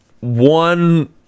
one